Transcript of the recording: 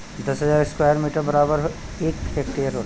दस हजार square metre बराबर एक हेक्टेयर होला